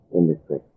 industry